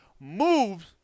moves